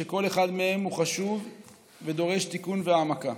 שכל אחד מהם הוא חשוב ודורש תיקון והעמקה.